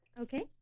Okay